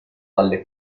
dalle